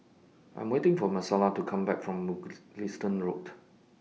I Am waiting For Marcela to Come Back from Mugliston Road